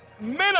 Minimum